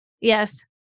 Yes